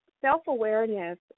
self-awareness